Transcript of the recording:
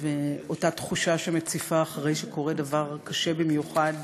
ואותה תחושה שמציפה אחרי שקורה דבר קשה במיוחד